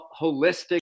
holistic